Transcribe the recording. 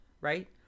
right